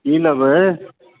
की लेबै